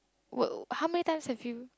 work how many time have you